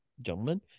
gentlemen